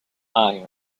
iron